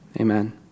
amen